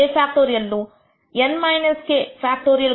ను n - k